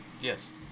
Yes